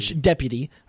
deputy